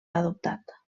adoptat